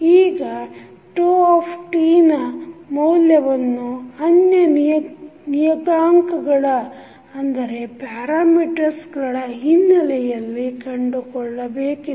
ಈಗ tನ ಮೌಲ್ಯವನ್ನು ಅನ್ಯ ನಿಯತಾಂಕಗಳ ಹಿನ್ನೆಲೆಯಲ್ಲಿ ಕಂಡುಕೊಳ್ಳಬೇಕಿದೆ